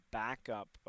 backup